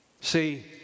See